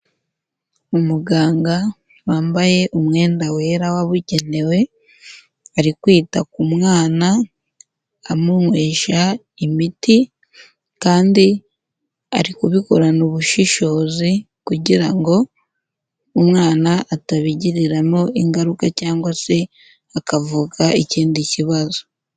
Umuganga wambaye umwenda wera wabugenewe, ari kwita ku mwana amunywesha imiti kandi ari kubikorana ubushishozi kugira ngo umwana atabigiriramo ingaruka cyangwa se hakavuka ikindi kibazo.